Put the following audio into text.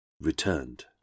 returned